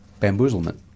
Bamboozlement